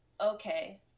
okay